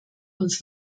uns